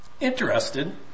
interested